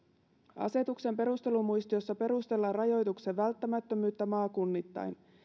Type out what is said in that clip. asetuksen perustelumuistiossa perustellaan rajoituksen välttämättömyyttä maakunnittain